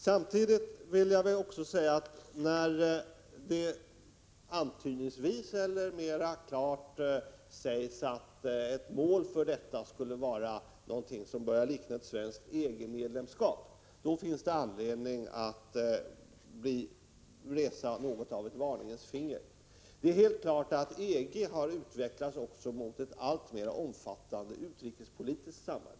Samtidigt vill jag framhålla att när det antydningsvis eller mera klart sägs att ett mål för samarbetet skulle vara någonting som börjar likna ett svenskt EG-medlemskap, då finns det anledning att höja ett varningens finger. Det är helt klart att EG har utvecklats mot ett alltmer omfattande utrikespolitiskt samarbete.